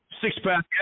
Six-pack